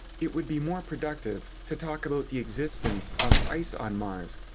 it would be more productive to talk about the existence of ice on mars.